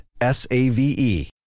S-A-V-E